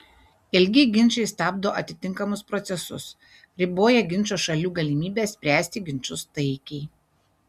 ilgi ginčai stabdo atitinkamus procesus riboja ginčo šalių galimybes spręsti ginčus taikiai